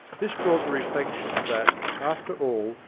this brought the reflection that, after all,